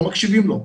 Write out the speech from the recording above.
לא מקשיבים לו.